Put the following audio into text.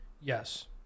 Yes